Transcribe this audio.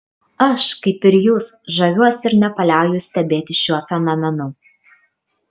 aš kaip ir jūs žaviuosi ir nepaliauju stebėtis šiuo fenomenu